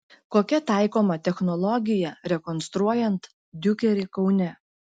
kokia taikoma technologija rekonstruojant diukerį kaune